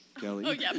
Kelly